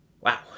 Wow